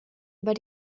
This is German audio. über